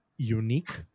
unique